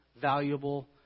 valuable